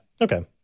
Okay